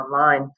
online